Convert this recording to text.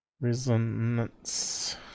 Resonance